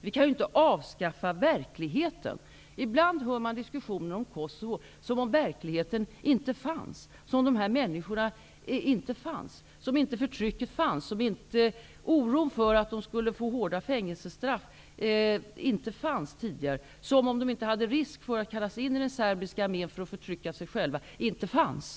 Vi kan ju inte avskaffa verkligheten. Ibland hör man diskussioner om Kosovo precis som om verkligheten inte fanns, som om dessa människor inte fanns, som om förtrycket inte fanns, som om oron för hårda fängelsestraff inte fanns, och som om risken för att kallas in i den serbiska armén för att förtrycka sig själva inte fanns.